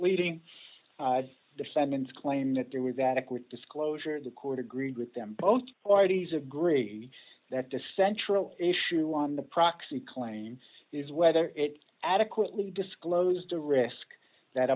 leading defendants claim that there was adequate disclosure d in the court agreed with them both parties agree that the central issue on the proxy claim is whether it adequately disclosed a risk that